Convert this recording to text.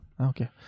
Okay